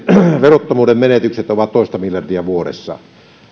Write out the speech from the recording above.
verottomuuden menetykset ovat toista miljardia vuodessa